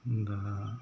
दा